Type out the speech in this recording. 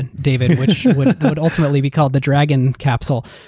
and david, which would ultimately be called the dragon capsule.